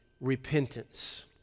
repentance